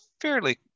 fairly